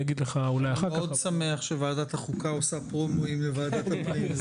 אני מאוד שמח שוועדת החוקה עושה פרומואים לוועדת הפנים.